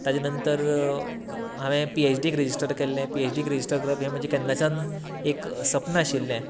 ताच्या नंतर हांवेन पी एच डीक रजिस्टर केल्लें पी एच डीक रजिस्टर करप हें म्हजें केन्नाच्यान एक सपन आशिल्लें